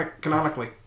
canonically